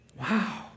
Wow